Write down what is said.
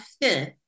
fifth